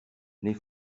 les